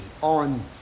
on